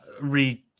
read